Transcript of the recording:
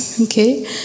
okay